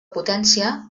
potència